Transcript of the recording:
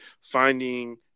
finding